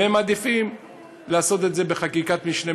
והם מעדיפים לעשות את זה בחקיקת משנה,